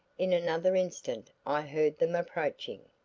in another instant i heard them approaching.